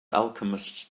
alchemists